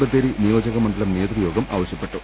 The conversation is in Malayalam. ബത്തേരി നിയോജകമണ്ഡലം നേതൃയോഗം ആവശ്യപ്പെട്ടു